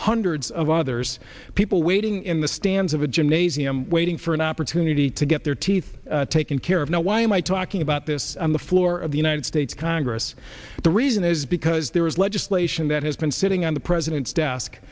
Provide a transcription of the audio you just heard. hundreds of others people waiting in the stands of a gymnasium waiting for an opportunity to get their teeth taken care of now why am i talking about this on the floor of the united states congress the reason is because there is legislation that has been sitting on the president's desk